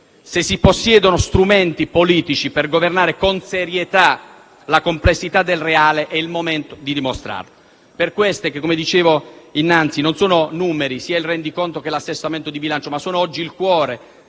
se si possiedono strumenti politici per governare con serietà la complessità del reale, è il momento di dimostrarlo. Per questi che - come dicevo innanzi - non sono numeri asettici, sia il rendiconto che l'assestamento di bilancio, ma sono oggi il cuore